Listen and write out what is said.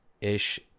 ish